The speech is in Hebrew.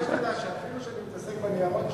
אני רוצה שתדע שאפילו שאני מתעסק בניירות שלי,